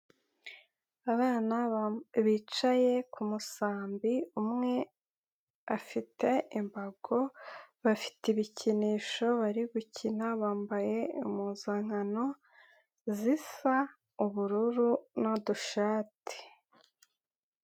Abana bicaye ku musambi, umwe afite imbago, bafite ibikinisho bari gukina, bambaye impuzankano, zisa ubururu n'udushati.